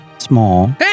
small